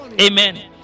Amen